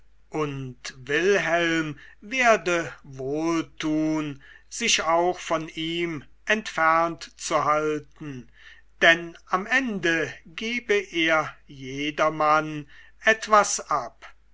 und wilhelm werde wohl tun sich auch von ihm entfernt zu halten denn am ende gebe er jedermann etwas ab